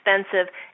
expensive